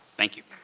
thank you.